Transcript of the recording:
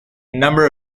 number